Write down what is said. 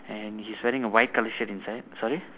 and he's wearing a white colour shirt inside sorry